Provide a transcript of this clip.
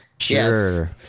Sure